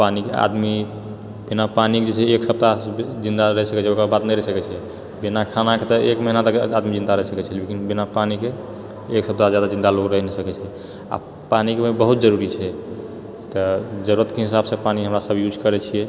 पानिके आदमी बिना पानिके जे छै एक सप्ताह जिन्दा रही सकैत छै ओकरबाद नहि रही सकैत छै बिना खानाके तऽ एक महीना तक आदमी जिन्दा रही सकैत छै लेकिन बिना पानीके एक सप्ताहसँ जादा जिन्दा लोक रही नहि सकैत छै आ पानिके ओहिमे बहुत जरुरी छै तऽ जरूरतके हिसाबसँ पानि हमरासब यूज करै छिऐ